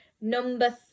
Number